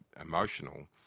emotional